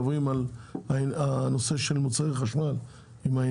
על הנושא של מוצרי חשמל עם הנושא של